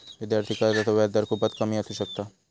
विद्यार्थी कर्जाचो व्याजदर खूपच कमी असू शकता